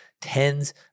tens